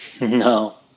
No